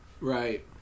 Right